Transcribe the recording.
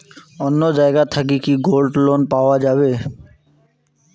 অন্য জায়গা থাকি কি গোল্ড লোন পাওয়া যাবে?